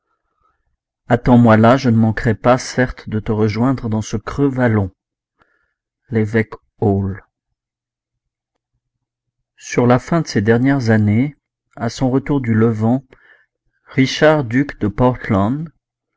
attends-moi là je ne manquerai pas certes de te rejoindre dans ce creux vallon l'évêque hall sur la fin de ces dernières années à son retour du levant richard duc de portland